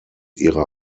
ihre